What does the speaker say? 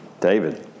David